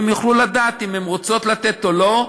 והן יוכלו לדעת אם הן רוצות לתת או לא.